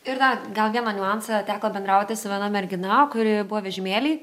ir dar gal vieną niuansą teko bendrauti su viena mergina kuri buvo vežimėly